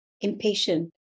impatient